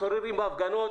הסוררים בהפגנות,